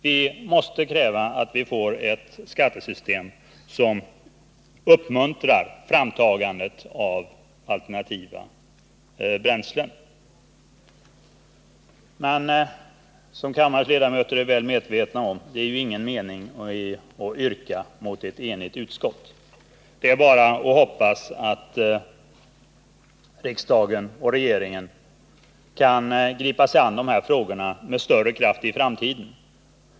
Vi måste kräva ett skattesystem som uppmuntrar framtagandet av alternativa bränslen. Som kammarens ledamöter är väl medvetna om är det emellertid ingen mening i att yrka mot ett enigt utskott. Det är bara att hoppas att riksdagen och regeringen kan gripa sig an dessa frågor med större kraft i framtiden.